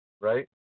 right